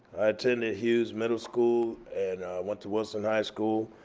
attended hughes middle school and went to wilson high school.